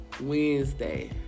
Wednesday